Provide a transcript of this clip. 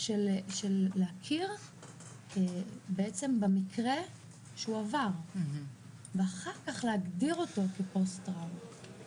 של להכיר בעצם במקרה שהוא עבר ואחר כך להגדיר אותו כפוסט טראומה.